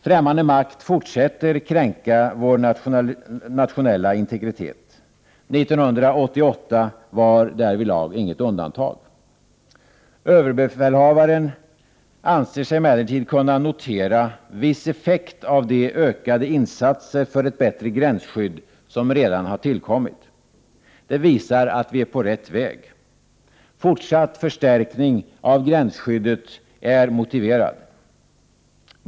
Främmande makt fortsätter kränka vår nationella integritet. 1988 var därvidlag inget undantag. Överbefälhavaren anser sig emellertid kunna notera viss effekt av de ökade insatser för ett bättre gränsskydd som redan har tillkommit. Det visar att vi är på rätt väg. Fortsatt förstärkning av gränsskyddet är motiverad.